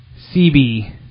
CB